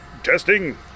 Testing